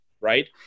Right